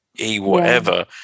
e-whatever